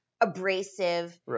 abrasive